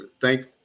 thank